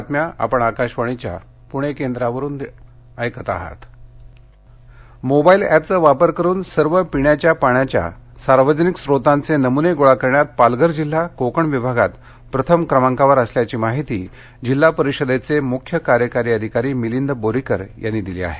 पाणी नमूने मोबाईल एपचा वापर करून सर्व पिण्याच्या पाण्याच्या सार्वजनिक स्रोतांचे नमुने गोळा करण्यात पालघर जिल्हा कोकण विभागात प्रथम क्रमांकावर असल्याची माहिती जिल्हा परिषदेचे मुख्य कार्यकारी अधिकारी मिलिंद बोरीकर यांनी दिली आहे